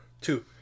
two